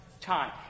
time